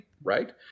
right